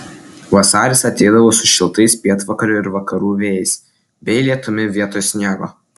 vasaris ateidavo su šiltais pietvakarių ir vakarų vėjais bei lietumi vietoj sniego